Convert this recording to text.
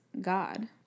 God